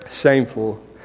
shameful